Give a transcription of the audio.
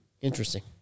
Interesting